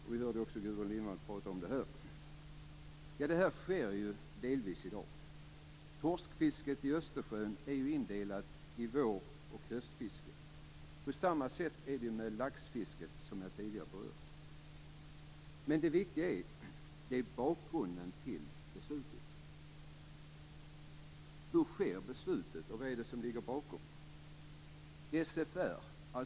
Vi hörde också Gudrun Lindvall prata om detta. Detta sker ju delvis i dag. Torskfisket i Östersjön är ju indelat i vår och höstfiske. På samma sätt är det med laxfisket, som jag tidigare berört. Men det viktiga är bakgrunden till beslutet. Hur sker beslutet, och vad är det som ligger bakom?